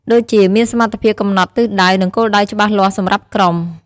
ដូចជាមានសមត្ថភាពកំណត់ទិសដៅ និងគោលដៅច្បាស់លាស់សម្រាប់ក្រុម។